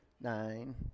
nine